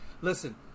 listen